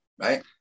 right